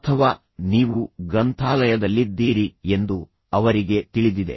ಅಥವಾ ನೀವು ಗ್ರಂಥಾಲಯದಲ್ಲಿದ್ದೀರಿ ಎಂದು ಅವರಿಗೆ ತಿಳಿದಿದೆ